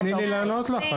תני לי לענות לך על זה.